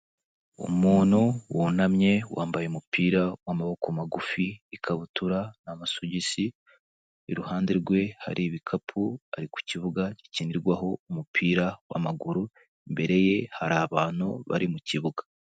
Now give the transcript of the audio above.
Umuntu wunamye, wambaye umupira w'amaboko magufi, ikabutura, amasogisi, iruhande rwe hari ibikapu, ari ku kibuga gikinirwaho umupira w'amaguru, imbere ye hari abantu bari mu kibuga.